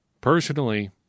Personally